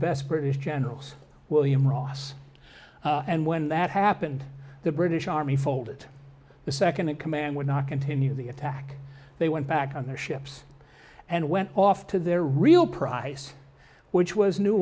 best british generals william ross and when that happened the british army folded the second in command would not continue the attack they went back on their ships and went off to their real price which was new